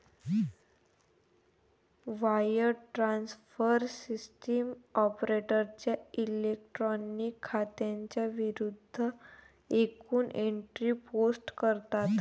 wire transfer system ऑपरेटरच्या electronic खात्यांच्या विरूद्ध एकूण एंट्री पोस्ट करतात